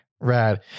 Rad